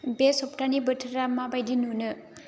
बे सप्तानि बोथोरा माबायदि नुनो